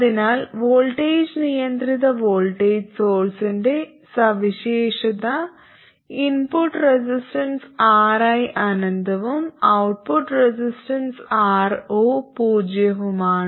അതിനാൽ വോൾട്ടേജ് നിയന്ത്രിത വോൾട്ടേജ് സോഴ്സ്ന്റെ സവിശേഷത ഇൻപുട്ട് റെസിസ്റ്റൻസ് Ri അനന്തവും ഔട്ട്പുട്ട് റെസിസ്റ്റൻസ് Ro പൂജ്യവുമാണ്